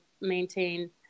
maintain